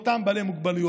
באותם בעלי מוגבלויות.